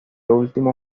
último